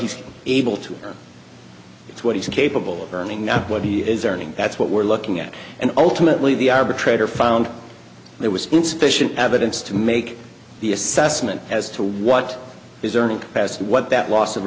he's able to it's what he's capable of earning not what he is earning that's what we're looking at and ultimately the arbitrator found there was insufficient evidence to make the assessment as to what his earning capacity what that loss of